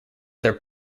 other